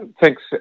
Thanks